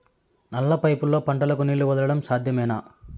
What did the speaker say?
నల్ల పైపుల్లో పంటలకు నీళ్లు వదలడం సాధ్యమేనా?